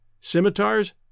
scimitars